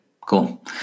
Cool